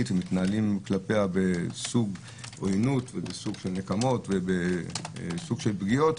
ומתנהלים כלפיה בעוינות ובנקמות ובפגיעות,